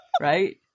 right